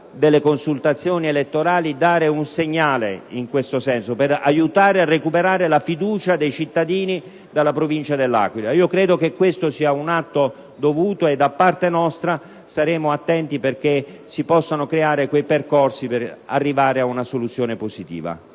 delle consultazioni elettorali, debba dare un segnale in questo senso per aiutare a recuperare la fiducia dei cittadini della Provincia dell'Aquila. Ritengo che questo sia un atto dovuto e da parte nostra staremo attenti perché si possano creare quei percorsi per arrivare ad una soluzione positiva.